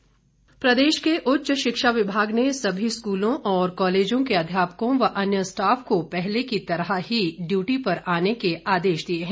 अधिसूचना प्रदेश के उच्च शिक्षा विभाग ने सभी स्कूलों और कॉलेजों के अध्यापकों व अन्य स्टाफ को पहले की तरह ही ड्यूटी पर आने के आदेश दिए हैं